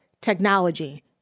technology